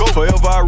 Forever